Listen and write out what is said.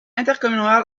intercommunal